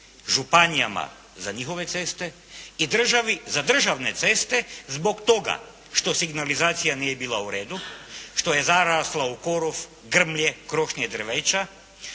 županijama za njihove ceste i državi za državne ceste zbog toga što signalizacija nije bila u redu, što je zarasla u korov, grmlje, krošnje drveća,